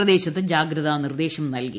പ്രദേശത്ത് ജാഗ്രതാ നിർദ്ദേശം നൽകി